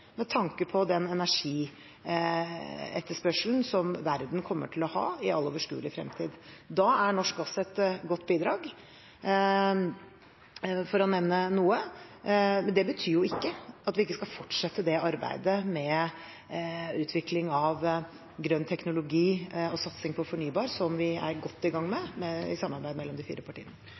med tanke på den energietterspørselen som verden kommer til å ha i all overskuelig fremtid. Da er norsk gass et godt bidrag, for å nevne noe. Det betyr ikke at vi ikke skal fortsette arbeidet med utvikling av grønn teknologi og satsing på fornybar, som vi er godt i gang med i samarbeidet mellom de fire partiene.